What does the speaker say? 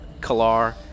Kalar